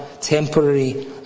temporary